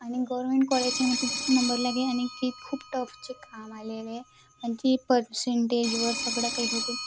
आणि गव्हर्मेंट कॉलेजच्या म्हणजे जास्त नंबर लागेल आणि की खूप टफचे काम आलेलं आहे म्हणजे पर्सेंटेजवर सगळं काही होते